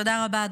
תודה רבה.